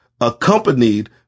accompanied